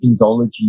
Indology